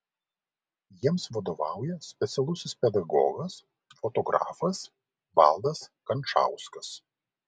jiems vadovauja specialusis pedagogas fotografas valdas kančauskas